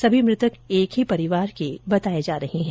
सभी मृतक एक ही परिवार के बताए जा रहे हैं